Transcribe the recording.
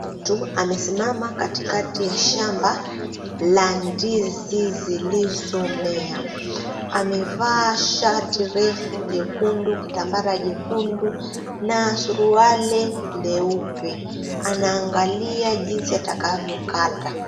Mtu amesimama katikati ya shamba la ndizi zilizo mea amevaa shati refu nyekundu na kitambara jekundu na suruali nyeupe anaangalia jinsi atakavyo kata.